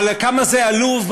אבל כמה זה עלוב,